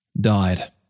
died